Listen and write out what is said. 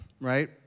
right